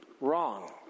Wrong